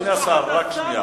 אדוני השר, רק שנייה.